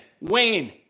Wayne